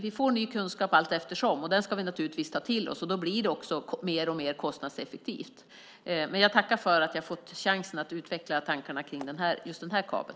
Vi får ny kunskap allteftersom, och den ska vi naturligtvis ta till oss. Då blir det mer och mer kostnadseffektivt. Jag tackar för att jag har fått chansen att utveckla tankarna om denna kabel.